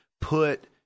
put